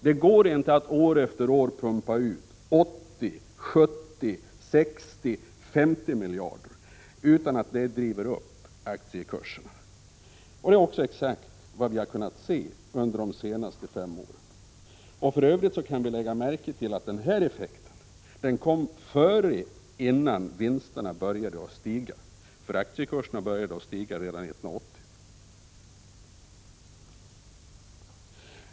Det går inte att år efter år pumpa ut 80, 70, 60 eller 50 miljarder utan att detta driver upp aktiekurserna. Det är också exakt vad vi har kunnat se under de senaste fem åren. För övrigt kan vi lägga märke till att den här effekten kom innan vinsterna började stiga. Aktiekurserna började nämligen gå upp redan 1980.